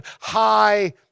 high